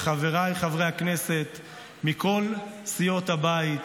לחבריי חברי הכנסת מכל סיעות הבית,